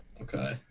Okay